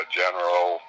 general